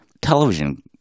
television